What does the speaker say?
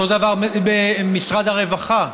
אותו הדבר במשרד הרווחה.